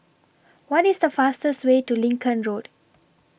What IS The fastest Way to Lincoln Road